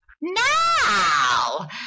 Now